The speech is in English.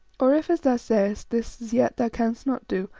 or, if as thou sayest, this as yet thou canst not do,